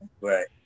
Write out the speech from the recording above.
Right